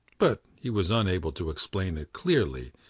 but he was unable to explain it clearly,